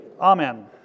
Amen